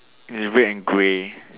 it's red and grey